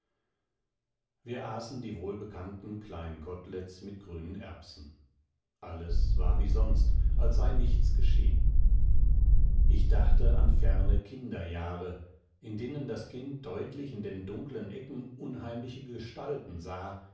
wir aßen die wohlbekannten kleinen koteletts mit grünen erbsen alles war wie sonst als sei nichts geschehen ich dachte an ferne kinderjahre in denen das kind deutlich in den dunklen ecken unheimliche gestalten sah